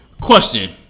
Question